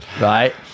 Right